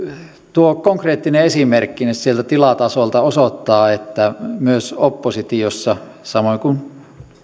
tuo konkreettinen esimerkkinne sieltä tilatasolta osoittaa että myös oppositiossa samoin kuin